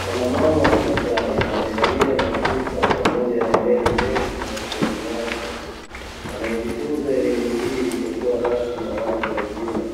Mwanamama wa kimasai aliyevalia mashuka pamoja na hereni ndefu masikioni mwake, anayejifunza elimu hii isiyo rasmi ya watu wazima,